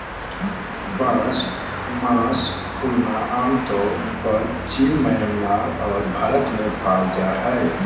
बांस मास फूलना आमतौर परचीन म्यांमार आर भारत में पाल जा हइ